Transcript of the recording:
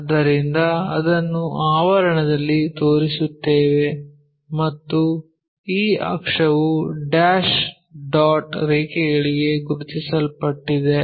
ಆದ್ದರಿಂದ ಅದನ್ನು ಆವರಣದಲ್ಲಿ ತೋರಿಸುತ್ತೇವೆ ಮತ್ತು ಈ ಅಕ್ಷವು ಡ್ಯಾಶ್ ಡಾಟ್ ರೇಖೆಗಳಿಗೆ ಗುರುತಿಸಲ್ಪಟ್ಟಿದೆ